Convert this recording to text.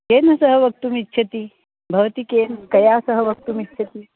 केन सह वक्तुमिच्छति भवती केन कया सह वक्तुमिच्छति